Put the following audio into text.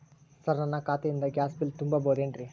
Sir ನನ್ನ ಖಾತೆಯಿಂದ gas bill ತುಂಬಹುದೇನ್ರಿ?